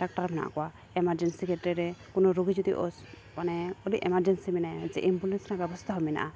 doctor ᱢᱮᱱᱟᱜ ᱠᱚᱣᱟ emergency ᱠᱷᱮᱛᱛᱨᱮ ᱨᱮ ᱠᱳᱱᱳ ᱨᱳᱜᱤ ᱡᱩᱫᱤ ᱢᱟᱱᱮ ᱟᱹᱰᱤ ᱮᱢᱟᱨᱡᱮᱱᱥᱤ ᱢᱮᱱᱟᱭᱟ ᱮᱢᱵᱩᱞᱮᱱᱥ ᱵᱮᱵᱚᱥᱛᱷᱟ ᱦᱚᱸ ᱢᱮᱱᱟᱜᱼᱟ